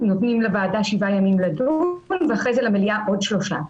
נותנים לוועדה שבעה ימים לדון ואחר כך למליאה עוד שלושה ימים.